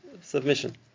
submission